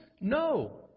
No